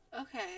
Okay